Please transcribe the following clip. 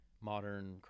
modern